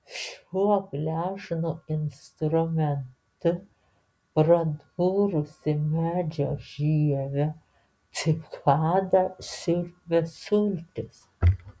šiuo gležnu instrumentu pradūrusi medžio žievę cikada siurbia sultis